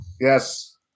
Yes